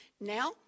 Now